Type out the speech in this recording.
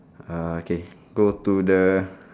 ah okay go to the